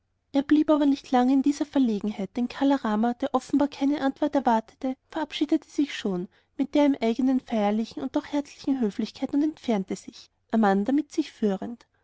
er blieb aber nicht lange in dieser verlegenheit denn kala rama der offenbar keine antwort erwartete verabschiedete sich schon mit der ihm eigenen feierlichen und doch herzlichen höflichkeit und entfernte sich amanda mit sich fortführend